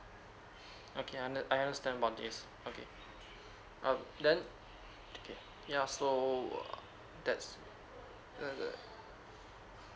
okay under I understand about this okay uh then okay ya so that's the the